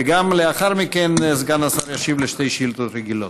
ולאחר מכן סגן השר ישיב על שתי שאילתות רגילות.